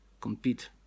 compete